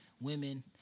women